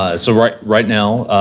ah so, right right now,